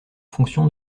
fonction